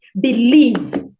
believe